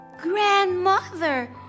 Grandmother